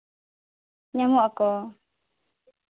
ᱧᱟᱢᱚᱜ ᱟᱠᱚ